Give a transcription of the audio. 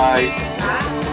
Bye